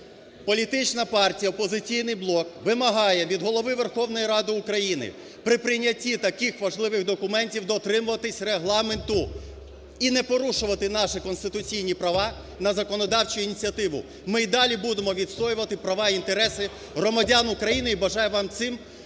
політична "Опозиційний блок" вимагає від Голови Верховної Ради України при прийнятті таких важливих документів дотримуватись Регламенту і не порушувати наші конституційні права на законодавчу ініціативу. Ми і далі будемо відстоювати права і інтереси громадяни України, і бажаю вам цим приєднатися